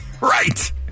right